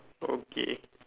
okay